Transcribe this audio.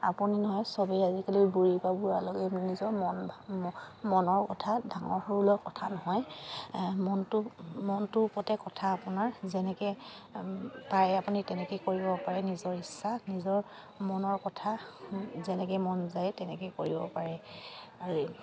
আপুনি নহয় চবেই আজিকালি বুঢ়ীৰপৰা বুঢ়ালৈকে নিজৰ মন মনৰ কথা ডাঙৰ সৰুলৈ কথা নহয় মনটো মনটোৰ ওপৰতে কথা আপোনাৰ যেনেকৈ পাৰে আপুনি তেনেকৈ কৰিব পাৰে নিজৰ ইচ্ছা নিজৰ মনৰ কথা যেনেকৈ মন যায় তেনেকৈয়ে কৰিব পাৰে আৰু